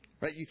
right